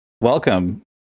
welcome